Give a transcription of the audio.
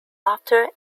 laughter